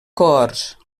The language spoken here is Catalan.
cohorts